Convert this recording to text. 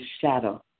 shadow